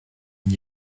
n’y